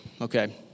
okay